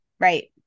Right